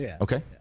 okay